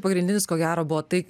pagrindinis ko gero buvo tai